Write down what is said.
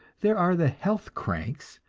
there are the health cranks,